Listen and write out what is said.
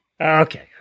okay